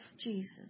Jesus